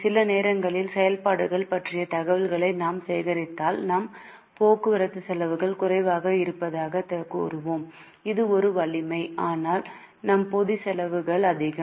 சில நேரங்களில் செயல்பாடுகள் பற்றிய தகவல்களை நாம் சேகரித்தால் நம் போக்குவரத்து செலவுகள் குறைவாக இருப்பதாகக் கூறுவோம் அது ஒரு வலிமை ஆனால் நம் பொதி செலவுகள் அதிகம்